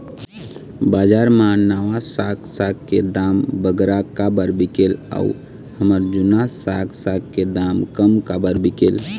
बजार मा नावा साग साग के दाम बगरा काबर बिकेल अऊ हमर जूना साग साग के दाम कम काबर बिकेल?